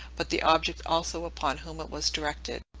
but the object also upon whom it was directed.